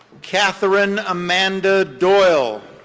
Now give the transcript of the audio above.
katherine amanda doyle.